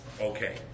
Okay